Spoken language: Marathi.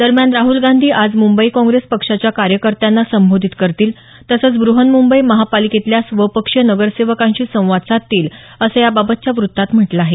दरम्यान राहुल गांधी आज मुंबईत काँग्रेस पक्षाच्या कार्यकर्त्यांना संबोधित करतील तसंच बृहन्मुंबई महापालिकेतल्या स्वपक्षीय नगरसेवकांशी संवाद साधतील असं याबाबतच्या वृत्तात म्हटलं आहे